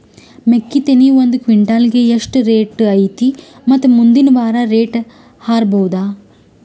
ಮೆಕ್ಕಿ ತೆನಿ ಒಂದು ಕ್ವಿಂಟಾಲ್ ಗೆ ಎಷ್ಟು ರೇಟು ಐತಿ ಮತ್ತು ಮುಂದಿನ ವಾರ ರೇಟ್ ಹಾರಬಹುದ?